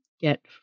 get